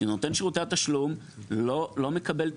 נותן שירותי התשלום לא מקבל תמורה.